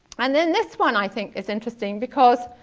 and then this one, i think, is interesting, because